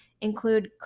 include